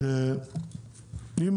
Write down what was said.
שאם